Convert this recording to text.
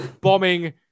bombing